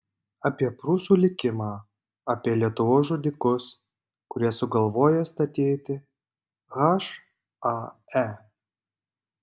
apie prūsų likimą apie lietuvos žudikus kurie sugalvojo statyti hae